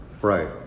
Right